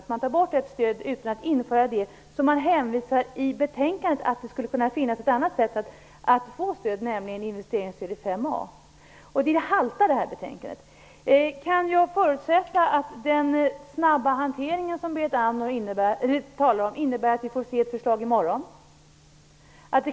Ett stöd tas ju bort utan att det stöd införs som det i betänkandet hänvisas till, nämligen investeringsstödet inom mål 5a. Det haltar alltså i det här betänkandet. Kan jag förutsätta att den snabba hantering som Berit Andnor talar om innebär att vi får se ett förslag i morgon?